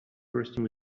bursting